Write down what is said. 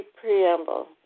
Preamble